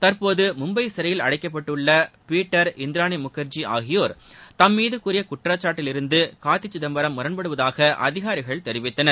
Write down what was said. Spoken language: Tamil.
தற்போது மும்பை சிறையில் அடைக்கப்பட்டுள்ள பீட்டர் இந்திராணி முகர்ஜி ஆகியோர் தம்மீது கூறிய குற்றச்சாட்டிலிருந்து கார்த்தி சிதம்பரம் முரண்படுவதாக அதிகாரிகள் தெரிவித்தனர்